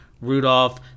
rudolph